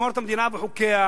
לשמור את המדינה וחוקיה,